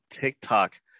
TikTok